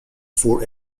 four